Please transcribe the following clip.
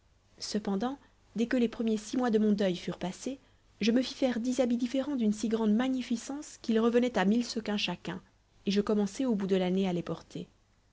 cependant dès que les premiers six mois de mon deuil furent passés je me fis faire dix habits différents d'une si grande magnificence qu'ils revenaient à mille sequins chacun et je commençai au bout de l'année à les porter